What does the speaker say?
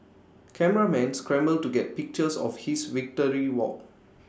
cameramen scramble to get pictures of his victory walk